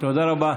תודה רבה.